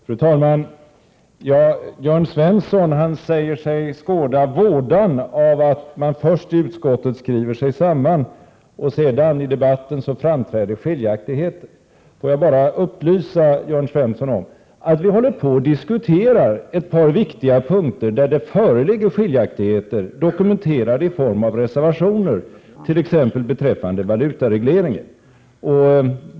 Fru talman! Jörn Svensson säger sig skåda vådan av att de övriga partierna skriver sig samman i utskottet och att det sedan i debatten framträder skiljaktigheter. Låt mig bara upplysa om att vi håller på att diskutera ett par viktiga punkter där det föreligger skiljaktigheter, dokumenterade i form av reservationer, t.ex. beträffande valutaregleringen.